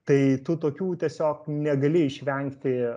tai tų tokių tiesiog negali išvengti